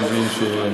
זאת החלטת ועדת השרים.